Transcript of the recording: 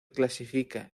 clasifica